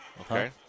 Okay